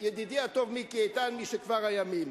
ידידי הטוב מיקי איתן משכבר הימים,